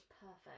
perfect